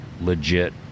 legit